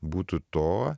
būtų to